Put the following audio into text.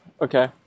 Okay